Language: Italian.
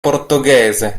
portoghese